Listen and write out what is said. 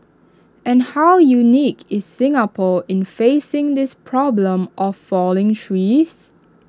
and how unique is Singapore in facing this problem of falling trees